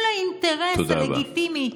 תודה רבה.